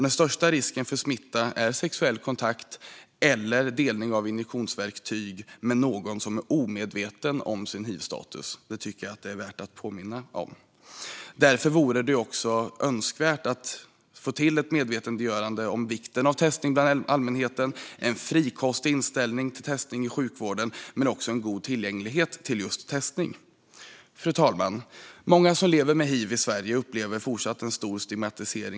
Den största risken för smitta är sexuell kontakt eller delning av injektionsverktyg med någon som är omedveten om sin hivstatus. Det är värt att påminna om detta. Därför vore det önskvärt med ett medvetandegörande om vikten av testning bland allmänheten, en frikostig inställning till testning i sjukvården och en god tillgänglighet när det gäller just testning. Fru talman! Många som lever med hiv i Sverige upplever fortsatt en stor stigmatisering.